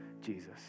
Jesus